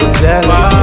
jealous